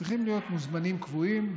צריכים להיות מוזמנים קבועים,